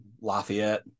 Lafayette